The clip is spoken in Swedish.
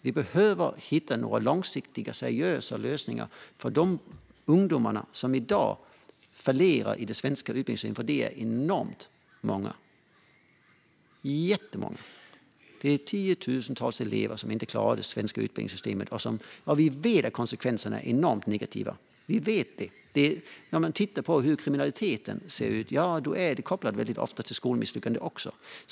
Vi behöver hitta långsiktiga, seriösa lösningar för de ungdomar som i dag fallerar i det svenska utbildningssystemet, för det är enormt många. Det är tiotusentals elever som inte klarar det svenska utbildningssystemet, och vi vet att konsekvenserna är enormt negativa. När man ser till hur kriminaliteten ser ut märker man att det väldigt ofta är kopplat till skolmisslyckanden.